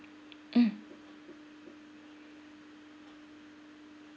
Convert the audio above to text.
mm